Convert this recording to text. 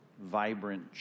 vibrant